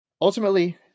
ultimately